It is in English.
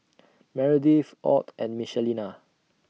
Meredith Ott and Michelina